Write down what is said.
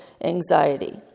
anxiety